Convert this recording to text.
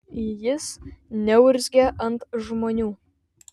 jis neurzgia ant žmonių